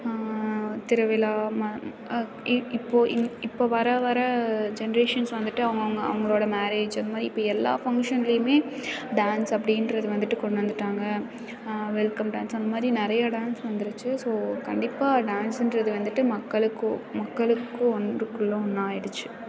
திருவிழா இப்போது இப்போ இப்போது வர வர ஜென்ட்ரேஷன்ஸ் வந்துட்டு அவங்கவுங்க அவங்களோட மேரேஜ் அந்த மாதிரி இப்போ எல்லா ஃபங்ஷன்லேயுமே டான்ஸ் அப்படின்றது வந்துட்டு கொண்டு வந்துட்டாங்க வெல்கம் டான்ஸ் அந்த மாதிரி நிறையா டான்ஸ் வந்துடுச்சி ஸோ கண்டிப்பாக டான்ஸ்ஸுன்றது வந்துட்டு மக்களுக்கும் மக்களுக்கும் ஒன்றுக்குள்ள ஒன்றாயிடிச்சி